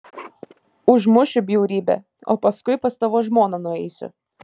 užmušiu bjaurybę o paskui pas tavo žmoną nueisiu